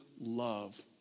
love